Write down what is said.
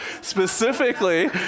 specifically